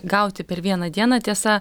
gauti per vieną dieną tiesa